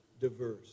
diverse